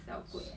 s~